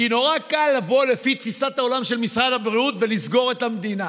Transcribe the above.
כי נורא קל לבוא לפי תפיסת העולם של משרד הבריאות ולסגור את המדינה.